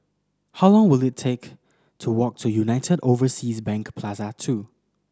how long will it take to walk to United Overseas Bank Plaza Two